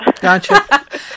Gotcha